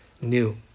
new